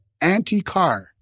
anti-car